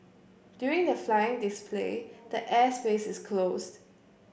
during the flying display the air space is closed